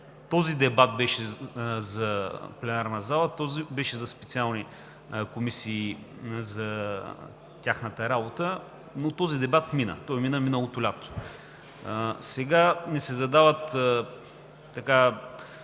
този дебат беше за пленарната зала, а този беше за специални комисии, за тяхната работа, но този дебат мина миналото лято. Сега ни се задават въпроси